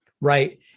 right